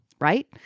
right